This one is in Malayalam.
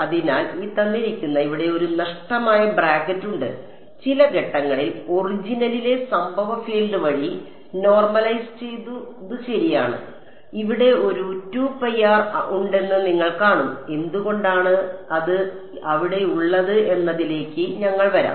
അതിനാൽ ഇവിടെ ഒരു നഷ്ടമായ ബ്രാക്കറ്റ് ഉണ്ട് ചില ഘട്ടങ്ങളിൽ ഒറിജിനിലെ സംഭവ ഫീൽഡ് വഴി നോർമലൈസ് ചെയ്തു ശരിയാണ് ഇവിടെ ഒരു ഉണ്ടെന്ന് നിങ്ങൾ കാണും എന്തുകൊണ്ടാണ് അത് അവിടെയുള്ളത് എന്നതിലേക്ക് ഞങ്ങൾ വരാം